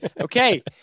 Okay